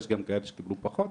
יש גם כאלה שקיבלו פחות,